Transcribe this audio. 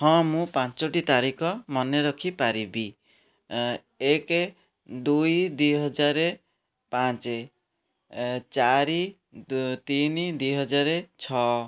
ହଁ ମୁଁ ପାଞ୍ଚଟି ତାରିଖ ମନେରଖି ପାରିବି ଏକ ଦୁଇ ଦୁଇ ହଜାର ପାଞ୍ଚ ଚାରି ତିନି ଦୁଇ ହଜାର ଛଅ